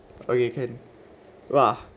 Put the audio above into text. okay can !wah!